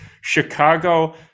Chicago